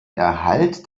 erhalt